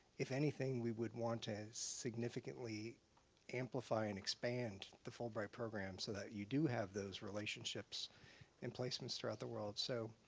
if anything, we would want to significantly amplify and expand the fulbright program, so that you do have those relationships and placements throughout the world. so,